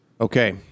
Okay